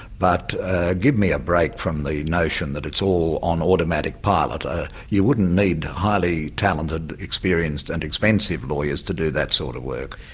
but give me a break from the notion that it's all on automatic pilot. ah you wouldn't need highly talented, experienced and expensive lawyers to do that sort of work.